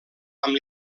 amb